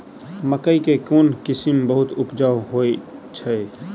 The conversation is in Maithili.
मकई केँ कोण किसिम बहुत उपजाउ होए तऽ अछि?